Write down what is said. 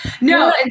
No